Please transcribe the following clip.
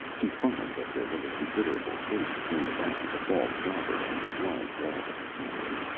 to find that there was a considerable space between the back of the falls proper and the blind wall of the canyon.